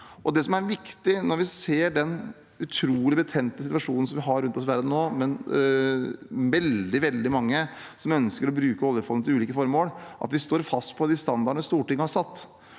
Det som er viktig nå, når vi ser den utrolig betente situasjonen vi har rundt oss i verden, og når veldig mange ønsker å bruke oljefondet til ulike formål, er at vi står fast på de standardene Stortinget har satt.